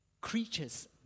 creatures